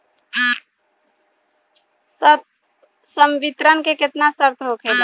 संवितरण के केतना शर्त होखेला?